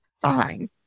fine